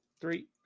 three